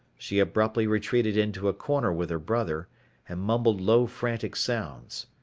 she abruptly retreated into a corner with her brother and mumbled low frantic sounds.